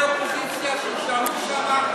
באופוזיציה, שיישארו שם.